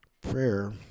prayer